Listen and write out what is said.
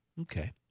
Okay